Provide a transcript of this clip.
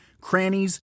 crannies